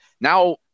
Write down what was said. now